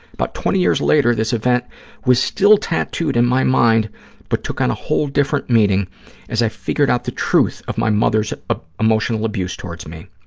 about twenty years later, this event was still tattooed in my mind but took on a whole different meaning as i figured out the truth of my mother's ah emotional abuse towards me.